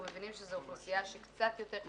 אנחנו מבינים שזו אוכלוסייה שקצת יותר קשה לה.